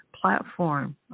platform